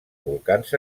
volcans